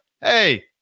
hey